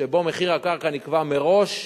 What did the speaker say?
שבו מחיר הקרקע נקבע מראש,